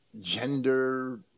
gender